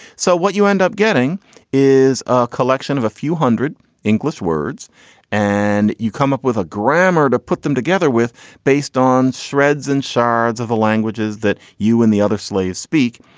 so what you end up getting is a collection of a few hundred english words and you come up with a grammar to put them together with based on shreds and shards of the languages that you and the other slaves speak.